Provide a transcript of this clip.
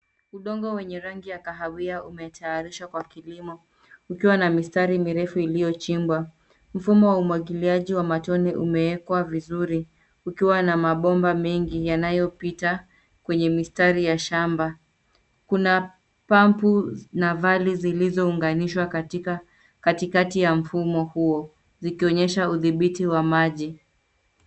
Udongo wenye rangi ya kahawia umetayarishwa kwa kilimo ukiwa na mistari mirefu iliyochimbwa. Mfumo wa umwagiliaji wa matone umeekwa vizuri, ukiwa na mabomba mengi yanayopita kwenye mistari ya shamba. Kuna pampu na valve zilizounganishwa katika katikati ya mfumo huo, zikionyesha udhibiti wa maji.